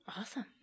Awesome